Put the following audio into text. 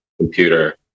computer